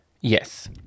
Yes